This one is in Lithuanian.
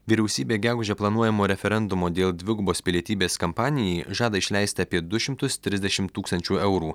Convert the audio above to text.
vyriausybė gegužę planuojamo referendumo dėl dvigubos pilietybės kampanijai žada išleisti apie du šimtus trisdešimt tūkstančių eurų